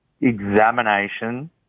examination